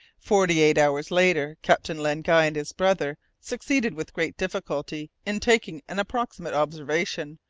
forty-eight hours later captain len guy and his brother succeeded with great difficulty in taking an approximate observation,